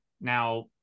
Now